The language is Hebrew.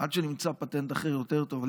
עד שנמצא פטנט אחר יותר טוב.